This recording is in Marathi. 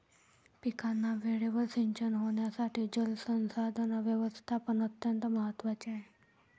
पिकांना वेळेवर सिंचन होण्यासाठी जलसंसाधन व्यवस्थापन अत्यंत महत्त्वाचे आहे